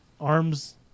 arms